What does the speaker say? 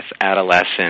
adolescent